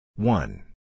One